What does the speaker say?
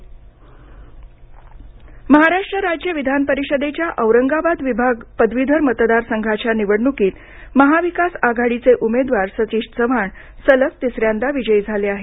महाराष्ट् विधान परिषद राज्य विधान परिषदेच्या औरंगाबाद विभाग पदवीधर मतदारसंघाच्या निवडणुकीत महाविकास आघाडीचे उमेदवार सतीश चव्हाण सलग तिसऱ्यांदा विजयी झाले आहेत